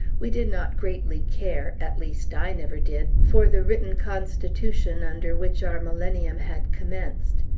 we did not greatly care at least, i never did for the written constitution under which our millennium had commenced.